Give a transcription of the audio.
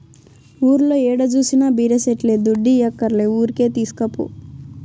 ఊర్లో ఏడ జూసినా బీర సెట్లే దుడ్డియ్యక్కర్లే ఊరికే తీస్కపో